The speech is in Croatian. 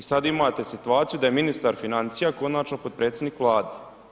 I sad imate situaciju da je ministar financija konačno potpredsjednik Vlade.